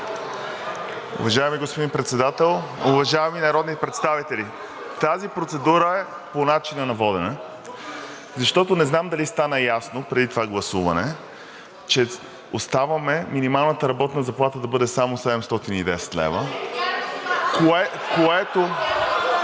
Уважаеми господин Председател, уважаеми народни представители! Тази процедура е по начина на водене, защото не знам дали стана ясно преди това гласуване, че оставяме минималната работна заплата да бъде само 710 лв…(шум